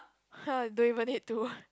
!huh! don't even need to